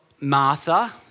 Martha